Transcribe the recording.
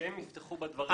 שהם יפתחו בדברים.